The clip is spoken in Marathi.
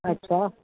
अच्छा